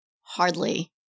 Hardly